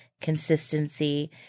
consistency